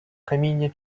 каміння